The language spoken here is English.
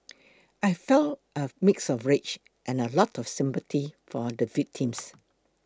I felt a mix of rage and a lot of sympathy for the victims